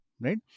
right